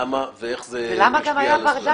למה ואיך זה השפיע --- ולמה גם היה ברדק?